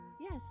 Yes